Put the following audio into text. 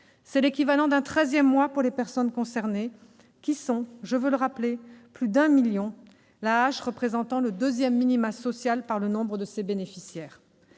C'est l'équivalent d'un treizième mois pour les personnes concernées, qui sont- je veux le rappeler -plus de 1 million, l'AAH représentant le deuxième minimum social par le nombre de ses bénéficiaires.